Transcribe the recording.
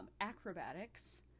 acrobatics